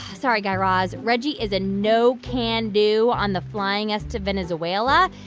sorry, guy raz, reggie is a no can do on the flying us to venezuela.